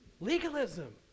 legalism